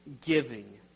giving